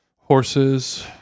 Horses